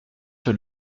sur